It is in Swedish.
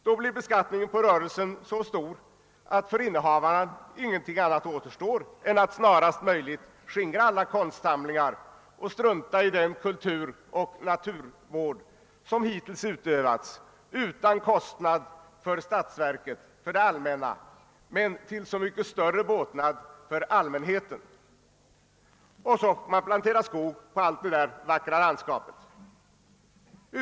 Då blir beskattningen på rörelsen så stor att för innehavaren ingen ting annat återstår än att snarast möjligt skingra alla konstsamlingar och strunta i den kulturoch naturvård som hittills utövats utan kostnad för det allmänna, men till så mycket större båtnad för allmänheten, och så får man plantera skog i hela det vackra landskapet.